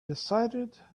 decided